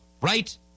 Right